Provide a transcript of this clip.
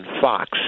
Fox